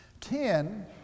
ten